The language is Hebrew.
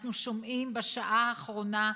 אנחנו שומעים, בשעה האחרונה,